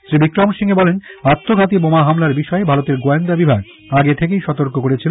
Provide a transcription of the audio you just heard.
শ্রী বিক্রমসিংঘে বলেন আত্মঘাতী বোমা হামলার বিষয়ে ভারতের গোয়েন্দা বিভাগ আগে থেকেই সতর্ক করেছিল